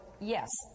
yes